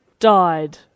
Died